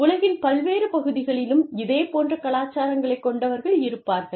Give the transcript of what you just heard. உலகின் பல்வேறு பகுதிகளிலும் இதே போன்ற கலாச்சாரங்களைக் கொண்டவர்கள் இருப்பார்கள்